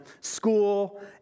school